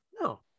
no